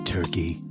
Turkey